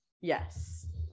yes